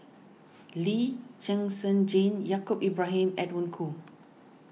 Lee Zhen Zhen Jane Yaacob Ibrahim Edwin Koo